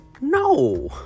No